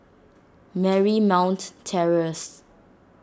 Marymount Terrace